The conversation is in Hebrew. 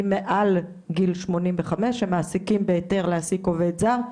מעל גיל שמונים וחמש שמעסיקים בהיתר להעסיק עובד זר.